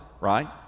Right